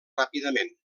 ràpidament